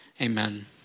Amen